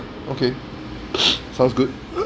okay sounds good